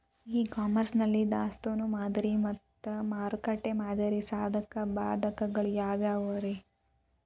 E commerce ನಲ್ಲಿ ದಾಸ್ತಾನು ಮಾದರಿ ಮತ್ತ ಮಾರುಕಟ್ಟೆ ಮಾದರಿಯ ಸಾಧಕ ಬಾಧಕಗಳ ಯಾವವುರೇ?